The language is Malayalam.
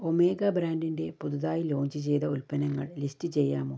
ഒമേഗ ബ്രാൻഡിന്റെ പുതുതായി ലോഞ്ച് ചെയ്ത ഉൽപ്പന്നങ്ങൾ ലിസ്റ്റ് ചെയ്യാമോ